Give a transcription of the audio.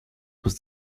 was